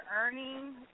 earnings